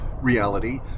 reality